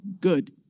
good